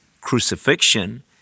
crucifixion